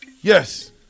Yes